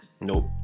Nope